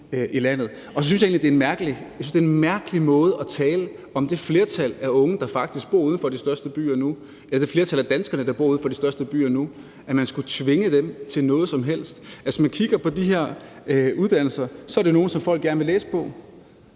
Så synes jeg egentlig, det er en mærkelig måde at tale om det flertal af unge, der faktisk bor uden for de største byer nu, eller det flertal af danskerne, der bor uden for de største byer nu, og at man skulle tvinge dem til noget som helst. Hvis man kigger på de her uddannelser, er det nogle, som folk gerne vil læse på.